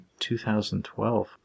2012